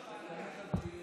כנסת נכבדה,